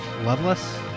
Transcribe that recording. Loveless